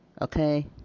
okay